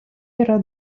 yra